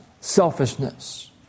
selfishness